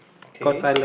okay